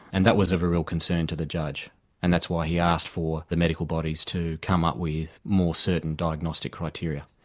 and that was of a real concern to the judge and that's why he asked for the medical bodies to come up with more certain diagnostic criteria.